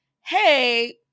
Hey